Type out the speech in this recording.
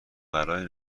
برای